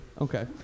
Okay